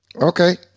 Okay